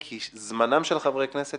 כי זמנם של חברי הכנסת,